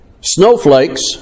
Snowflakes